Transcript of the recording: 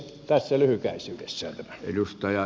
tässä lyhykäisyydessään tämä